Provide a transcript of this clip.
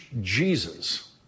Jesus